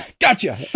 gotcha